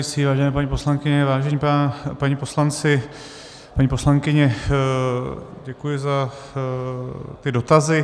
Vážené paní poslankyně, vážení páni poslanci, paní poslankyně, děkuji za ty dotazy.